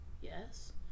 yes